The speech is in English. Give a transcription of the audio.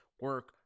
Work